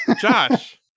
Josh